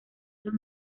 los